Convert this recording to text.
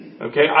Okay